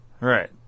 Right